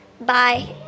Bye